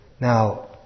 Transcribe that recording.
Now